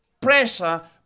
pressure